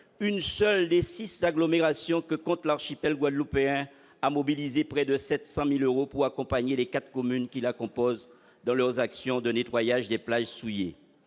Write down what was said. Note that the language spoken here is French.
une seule des six agglomérations que compte l'archipel guadeloupéen a mobilisé près de 700 000 euros pour accompagner les quatre communes qui la composent dans leur action de nettoyage des plages souillées.